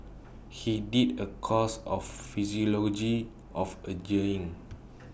he did A course of of ageing